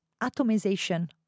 atomization